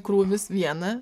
krūvis viena